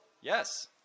yes